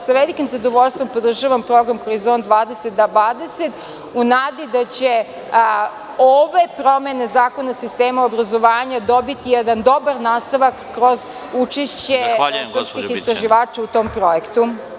Sa velikim zadovoljstvom podržavam program Horizont 2020. u nadi da će ove promene zakona sistema obrazovanja dobiti jedan dobar nastavak kroz učešće istraživača u tom projektu.